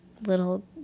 Little